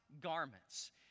garments